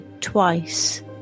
twice